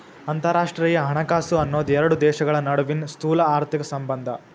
ಅಂತರರಾಷ್ಟ್ರೇಯ ಹಣಕಾಸು ಅನ್ನೋದ್ ಎರಡು ದೇಶಗಳ ನಡುವಿನ್ ಸ್ಥೂಲಆರ್ಥಿಕ ಸಂಬಂಧ